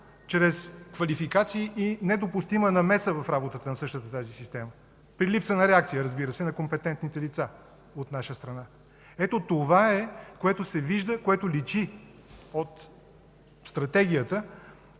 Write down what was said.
чрез квалификации и недопустима намеса в работата на същата тази система, при липса на реакция, разбира се, на компетентните лица от наша страна. Ето това е, което се вижда, което личи от Стратегията,